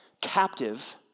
Captive